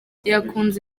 yakunze